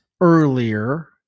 earlier